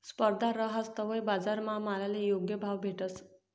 स्पर्धा रहास तवय बजारमा मालले योग्य भाव भेटस